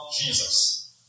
Jesus